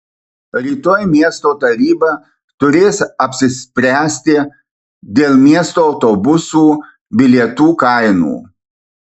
rytoj miesto taryba turės apsispręsti dėl miesto autobusų bilietų kainų